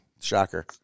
Shocker